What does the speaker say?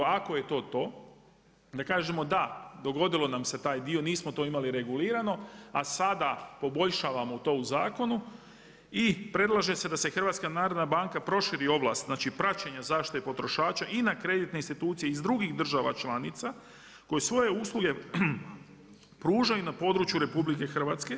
Ako je to to, da kažemo da dogodilo nam se taj dio nismo to imali regulirano, a sada poboljšavamo to u zakonu i predlaže se da HNB proširi ovlast praćenja zaštite potrošača i na kreditne institucije iz drugih država članica koje svoje usluge pružaju na području RH.